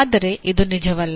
ಆದರೆ ಇದು ನಿಜವಲ್ಲ